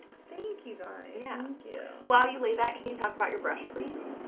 thank you guys. yeah yeah while you leave that can you talk about your brush, please?